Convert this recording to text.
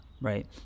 Right